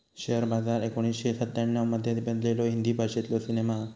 share Bazaar एकोणीसशे सत्त्याण्णव मध्ये बनलेलो हिंदी भाषेतलो सिनेमा हा